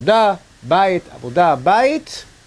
עבודה, בית, עבודה, בית.